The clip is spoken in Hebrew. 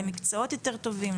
למקצועות יותר טובים,